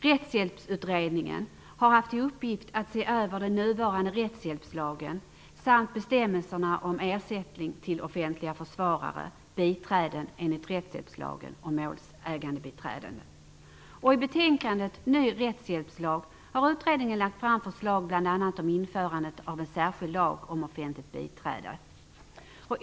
Rättshjälpsutredningen har haft till uppgift att se över den nuvarande rättshjälpslagen samt bestämmelserna om ersättning till offentliga försvarare, biträden enligt rättshjälpslagen och målsägandebiträden. I betänkandet Ny rättshjälpslag har utredningen lagt fram förslag om bl.a. införandet av en särskild lag om offentligt biträde.